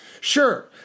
Sure